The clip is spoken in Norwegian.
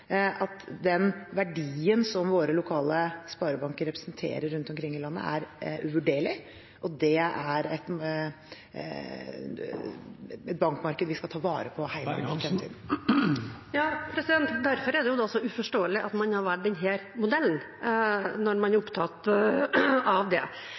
at den verdien våre lokale sparebanker representerer rundt omkring i landet, er uvurderlig, og det er et bankmarked vi skal ta vare på og hegne om i fremtiden. Derfor er det jo så uforståelig at man har valgt denne modellen, når man er opptatt av det.